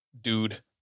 dude